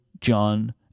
John